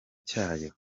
cyayo